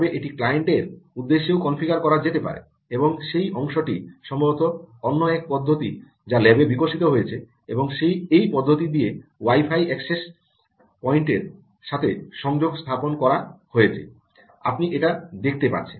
তবে এটি ক্লায়েন্টের উদ্দেশ্যেও কনফিগার করা যেতে পারে এবং সেই অংশটি সম্ভবত অন্য এক পদ্ধতি যা ল্যাবে বিকশিত হয়েছে এবং এই পদ্ধতি দিয়ে ওয়াই ফাই অ্যাক্সেস পয়েন্টের সাথে সংযোগ স্থাপন করা হয়েছে আপনি এটা এখানে দেখতে পাচ্ছেন